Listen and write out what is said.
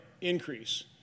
increase